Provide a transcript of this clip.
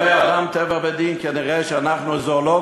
אומרים "אדם טבע ודין" שכנראה אנחנו זואולוגיה,